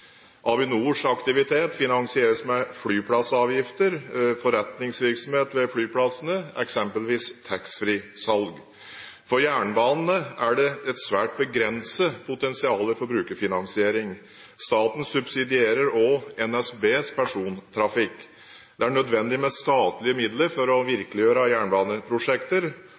Avinors aktivitet finansieres med flyplassavgifter, forretningsvirksomhet ved flyplassene, eksempelvis taxfree-salg. For jernbanen er det et svært begrenset potensial for brukerfinansiering. Staten subsidierer også NSBs persontrafikk. Det er nødvendig med statlige midler for å virkeliggjøre jernbaneprosjekter. Omdannelse av